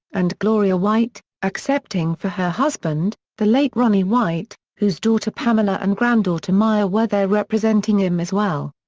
and gloria white, accepting for her husband, the late ronnie white, whose daughter pamela and granddaughter maya were there representing him as well.